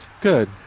good